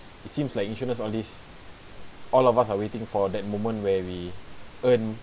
it seems like insurance all these all of us are waiting for that moment where we earn